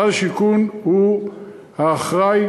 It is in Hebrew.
משרד השיכון הוא האחראי,